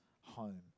home